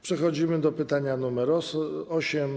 Przechodzimy do pytania nr 8.